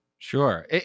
Sure